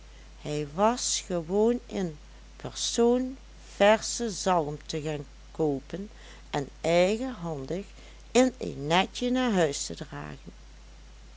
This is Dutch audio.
hij was gewoon in persoon versche zalm te gaan koopen en eigenhandig in een netje naar huis te dragen